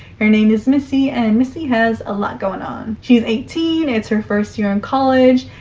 her name is missy, and missy has a lot going on. she's eighteen. it's her first year in college,